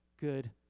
good